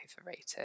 overrated